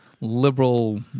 liberal